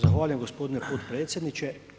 Zahvaljujem gospodine potpredsjedniče.